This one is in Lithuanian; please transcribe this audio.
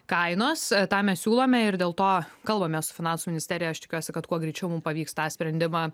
kainos tą mes siūlome ir dėl to kalbamės su finansų ministerija aš tikiuosi kad kuo greičiau mums pavyks tą sprendimą